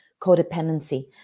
codependency